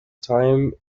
time